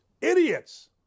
Idiots